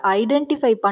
identify